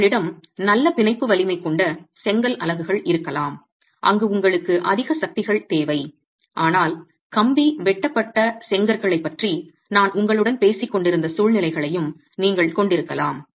உங்களிடம் நல்ல பிணைப்பு வலிமை கொண்ட செங்கல் அலகுகள் இருக்கலாம் அங்கு உங்களுக்கு அதிக சக்திகள் தேவை ஆனால் கம்பி வெட்டப்பட்ட செங்கற்களைப் பற்றி நான் உங்களுடன் பேசிக் கொண்டிருந்த சூழ்நிலைகளையும் நீங்கள் கொண்டிருக்கலாம்